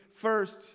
first